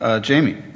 Jamie